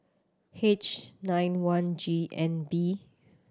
H nine one G N B